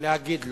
להגיד "לא".